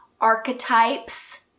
archetypes